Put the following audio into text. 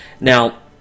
Now